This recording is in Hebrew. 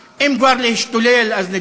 תפסיקו להשתולל אז לא יהיה לכם.